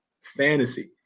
fantasy